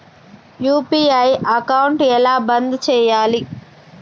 UPI account ఎలా బంద్ చేయాలి?